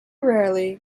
rarely